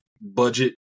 budget